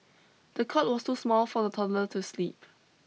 the cot was too small for the toddler to sleep